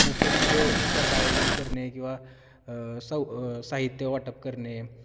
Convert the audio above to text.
मोफतमध्ये स्पर्धा आयोजन करणे किंवा स साहित्य वाटप करणे